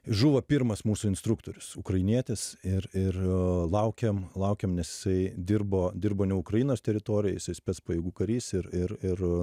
žuvo pirmas mūsų instruktorius ukrainietis ir ir laukiam laukiam nes jisai dirbo dirbo ne ukrainos teritorijoj jisai spec pajėgų karys ir ir ir